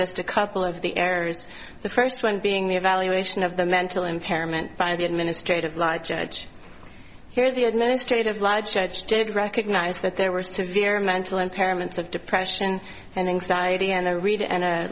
just a couple of the errors the first one being the evaluation of the mental impairment by the administrative law judge here the administrative law judge did recognize that there were severe mental impairments of depression and an